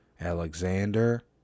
Alexander